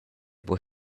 buca